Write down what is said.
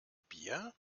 bier